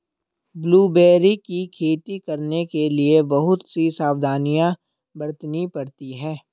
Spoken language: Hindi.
ब्लूबेरी की खेती करने के लिए बहुत सी सावधानियां बरतनी पड़ती है